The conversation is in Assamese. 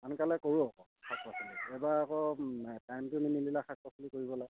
আনকালে কৰোঁ আকৌ শাক পাচলি এইবাৰ আকৌ টাইমটো নিমিলিলে শাক পাচলি কৰিবলৈ